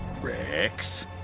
Rex